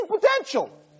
potential